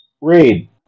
Read